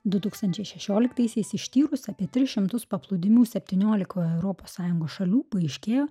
du tūkstančiai šešioliktaisiais ištyrus apie tris šimtus paplūdimių septyniolikoje europos sąjungos šalių paaiškėjo